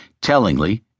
Tellingly